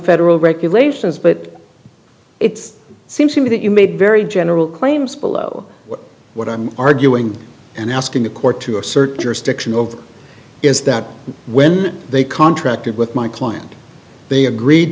federal regulations but it seems to me that you made very general claims below what i'm arguing and asking the court to assert jurisdiction over is that when they contracted with my client they agreed